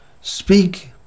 speak